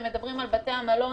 מדברים על בתי המלון,